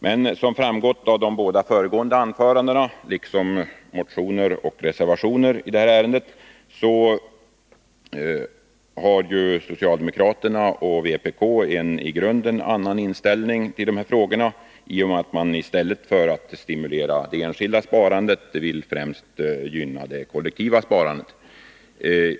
Som har framgått av de båda föregående anförandena liksom av motionerna och reservationerna i detta ärende har emellertid socialdemokraterna och vpk en i grunden annan inställning till dessa frågor i och med att de i stället för att stimulera det enskilda sparandet vill främst gynna det kollektiva sparandet.